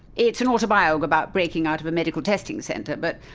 it's an autobiog about breaking out of a medical testing centre but,